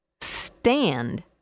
stand